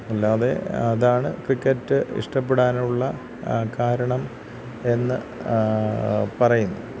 അല്ലാതെ അതാണ് ക്രിക്കറ്റ് ഇഷ്ടപ്പെടാനുള്ള കാരണം എന്ന് പറയുന്നു